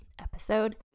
episode